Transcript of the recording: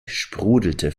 sprudelte